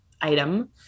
item